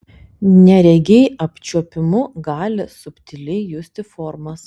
neregiai apčiuopimu gali subtiliai justi formas